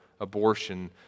abortion